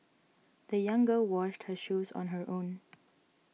the young girl washed her shoes on her own